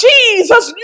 Jesus